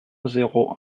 zéro